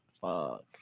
Fuck